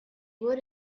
would